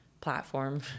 platform